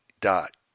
dot